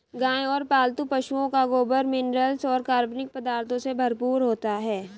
गाय और पालतू पशुओं का गोबर मिनरल्स और कार्बनिक पदार्थों से भरपूर होता है